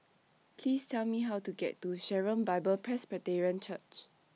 Please Tell Me How to get to Sharon Bible Presbyterian Church